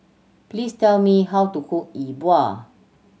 please tell me how to cook E Bua